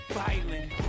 violent